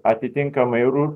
atitinkamai ru